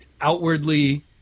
outwardly